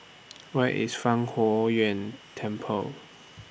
Where IS Fang Huo Yuan Temple